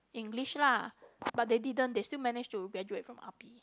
English lah but they didn't they still managed to graduate from R_p